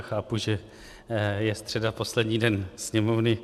Chápu, že je středa, poslední den sněmovny.